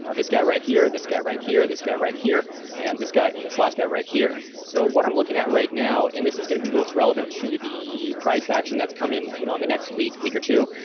ah this guy right here, this guy right here, this guy right here and this guy and this last guy right here. so what i'm looking at right now and this is going to be most relevant to the price action that's coming you know in the next week, week or two,